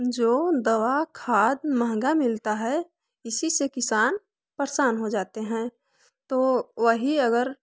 जो दवा खाद महँगा मिलता है इसी से किसान परेशान हो जाते हैं तो वही अगर